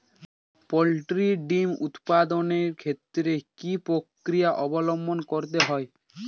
Poultry ডিম উৎপাদনের ক্ষেত্রে কি পক্রিয়া অবলম্বন করতে হয়?